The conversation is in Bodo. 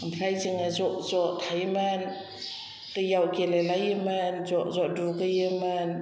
आमफ्राय जोङो ज' ज' थायोमोन दैआव गेलेलायोमोन ज' ज' दुगैयोमोन